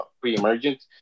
pre-emergent